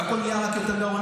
והכול נהיה רק יותר גרוע.